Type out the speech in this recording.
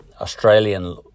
Australian